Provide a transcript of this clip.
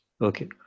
okay